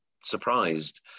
surprised